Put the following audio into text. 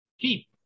keep